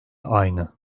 aynı